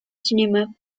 cinema